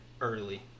early